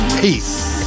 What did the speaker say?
Peace